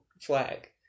flag